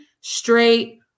straight